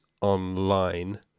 online